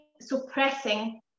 suppressing